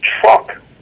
Truck